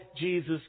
Jesus